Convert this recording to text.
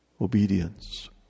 Obedience